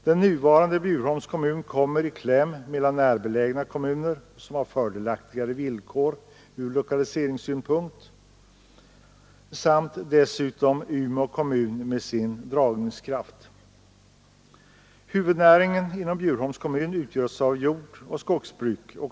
Den nuvarande Bjurholms kommun kommer i kläm mellan närbelägna kommuner, som har fördelaktigare villkor ur lokaliseringssynpunkt, samt Umeå kommun med sin dragningskraft. Huvudnäringen inom Bjurholms kommun utgörs av jordoch skogsbruk.